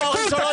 תבדקו,